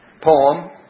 poem